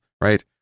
right